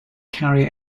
carrier